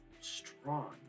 strong